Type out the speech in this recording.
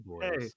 hey